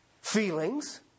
feelings